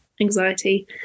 anxiety